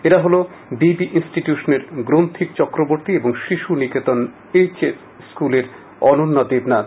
এরা হল B B ইনস্টিটিউশনের গ্রন্থিক চক্রবর্তী ও শিশুনিকেতন এইচ এস স্কুলের অনন্যা দেবনাথ